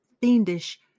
fiendish